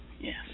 Yes